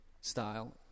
style